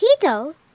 Tito